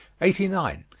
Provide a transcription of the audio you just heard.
eighty nine.